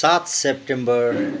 सात सेप्टेम्बर